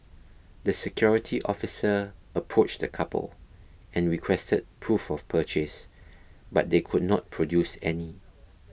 the security officer approached the couple and requested proof of purchase but they could not produce any